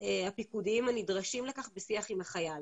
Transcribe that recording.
הפיקודיים הנדרשים לכך בשיח עם החייל.